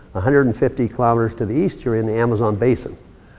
hundred and fifty kilometers to the east, you're in the amazon basin.